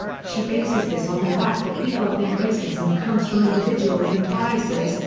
she bases this on the fact that people think racism comes from individuals and biases,